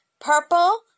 Purple